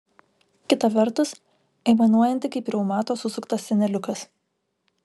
kita vertus aimanuojanti kaip reumato susuktas seneliukas